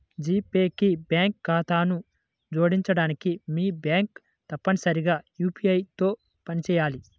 G pay కి bank ఖాతాను జోడించడానికి, మీ బ్యాంక్ తప్పనిసరిగా యూ.పీ.ఐ తో పనిచేయాలి